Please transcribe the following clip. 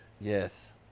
Yes